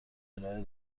ارائه